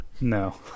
No